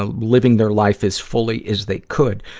ah living their life as fully as they could.